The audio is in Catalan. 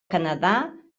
canadà